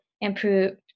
improve